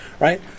right